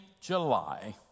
July